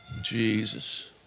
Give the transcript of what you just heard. Jesus